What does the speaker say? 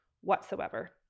whatsoever